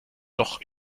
doch